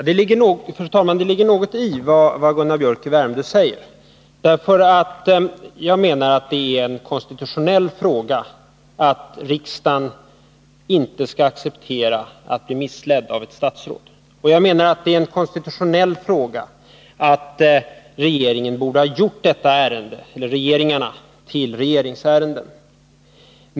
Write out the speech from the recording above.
Fru talman! Det ligger något i vad Gunnar Biörck i Värmdö säger. Jag menar att det är en konstitutionell fråga att riksdagen inte skall acceptera att bli missledd av ett statsråd, och jag menar att det är en konstitutionell fråga att regeringarna borde ha gjort detta ärende till regeringsärende.